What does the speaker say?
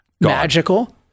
magical